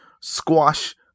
squash